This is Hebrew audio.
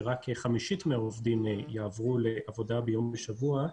שרק חמישית מהעובדים יעברו לעבודה ביום בשבוע,